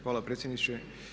Hvala predsjedniče.